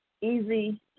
easy